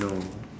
no